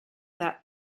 that